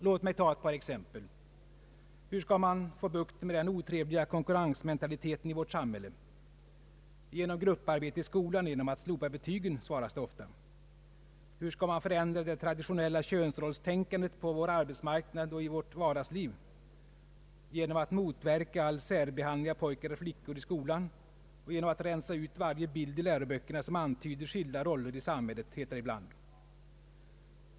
Låt mig ta ett par exempel. Hur skall man få bukt med den otrevliga konkurrensmentaliteten i vårt samhälle? Genom grupparbete i skolan och genom att slopa betygen, svaras det ofta. Hur skall man förändra det traditionella könsrollstänkandet på vår arbetsmarknad och i vårt vardagsliv? Genom att motverka all särbehandling av pojkar och flickor i skolan och genom att rensa ut varje bild i läroböckerna som antyder skilda roller i samhället, heter det ibland.